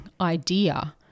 idea